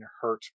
hurt